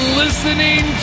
listening